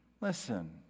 Listen